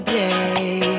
day